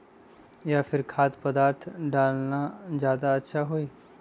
या फिर खाद्य पदार्थ डालना ज्यादा अच्छा होई?